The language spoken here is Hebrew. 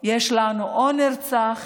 יש לנו נרצח